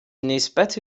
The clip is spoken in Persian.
نسبت